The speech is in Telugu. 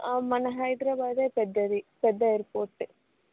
మన హైదరాబాదే పెద్దది పెద్ద ఎయిర్పోర్ట్